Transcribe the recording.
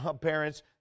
parents